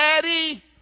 Daddy